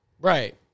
Right